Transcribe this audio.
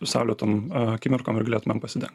saulėtom akimirkom ir galėtumėm pasidengt